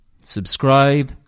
subscribe